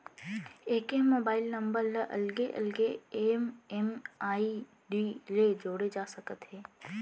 एके mobile number ल अलगे अलगे एम.एम.आई.डी ले जोड़े जा सकत हे